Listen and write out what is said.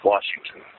Washington